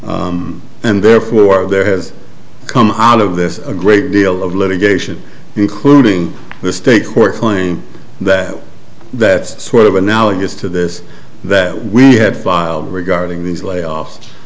nd therefore there has come out of this a great deal of litigation including the state court claim that that's sort of analogous to this that we had filed regarding these layoffs